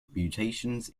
mutations